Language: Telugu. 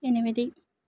ఎనిమిది